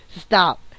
stop